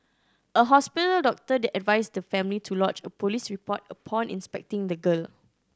a hospital doctor advised the family to lodge a police report upon inspecting the girl